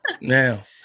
now